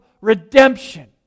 redemption